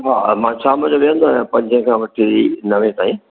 हा मां शाम जो विहंदो आहियां पंजे खां वठी नवे ताईं